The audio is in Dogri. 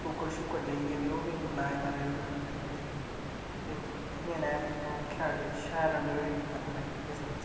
कुक्कड़ शुक्कड़ लेइयै ते ओह् बी बनाए महाराज ओह् बी खाद्धे बड़े ते